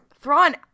Thrawn